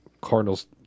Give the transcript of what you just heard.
Cardinals